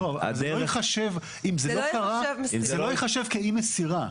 אם זה לא קרה, זה לא ייחשב כאי מסירה.